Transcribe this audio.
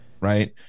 right